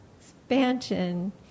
Expansion